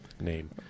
name